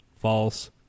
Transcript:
False